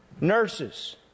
Nurses